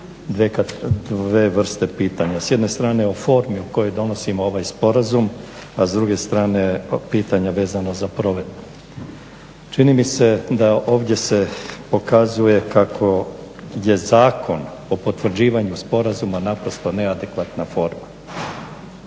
dvije vrsta pitanja. S jedne strane o formi u kojoj donosimo ovaj sporazum, a s druge strane pitanje vezano za provedbu. Čini mi se da se ovdje pokazuje kako je zakon o potvrđivanju sporazuma naprosto neadekvatna forma.